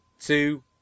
two